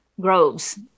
Groves